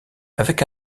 avec